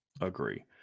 Agree